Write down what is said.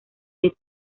del